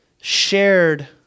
shared